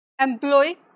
employee